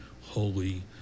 holy